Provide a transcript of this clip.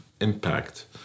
impact